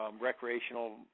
recreational